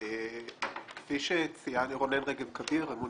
אני רונן רגב כביר, מנכ"ל אמון